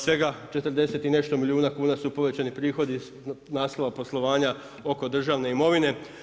Svega 40 i nešto milijuna kuna su povećani prihodi iz naslova poslovanja oko državne imovine.